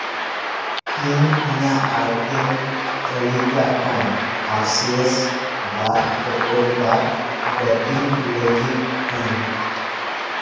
ᱤᱧ ᱤᱧᱟᱜ ᱟᱭᱴᱮᱢ ᱛᱟᱹᱞᱤᱠᱟ ᱠᱷᱚᱱ ᱦᱟᱨᱥᱮᱨᱥ ᱰᱟᱨᱠ ᱪᱚᱠᱞᱮᱴ ᱵᱟᱨ ᱵᱟᱹᱛᱤᱞ ᱞᱟᱹᱜᱤᱫ ᱤᱧ